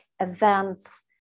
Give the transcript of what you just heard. events